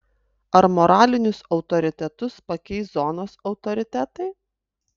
ar moralinius autoritetus pakeis zonos autoritetai